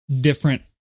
different